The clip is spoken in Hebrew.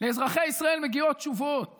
לאזרחי ישראל מגיעות תשובות